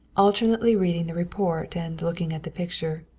alternately reading the report and looking at the picture.